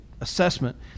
assessment